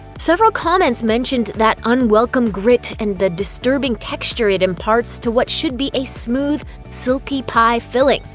several comments mentioned that unwelcome grit and the disturbing texture it imparts to what should be a smooth, silky pie filling,